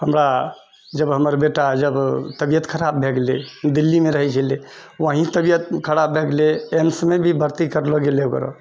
हमरा जब हमर बेटा जब तबियत खराब भै गेलय दिल्लीमऽ रहैत छलियै वही तबियत खराब भै गेलय एम्समे भी भर्ती करलो गेलय ओकरा